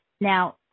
Now